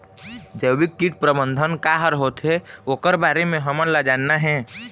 जैविक कीट प्रबंधन का हर होथे ओकर बारे मे हमन ला जानना हे?